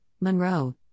Monroe